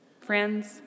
Friends